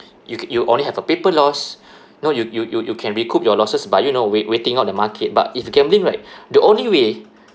you ca~ you only have a pay per loss know you you you you can recoup your losses by you know wait~ waiting out the market but if gambling right the only way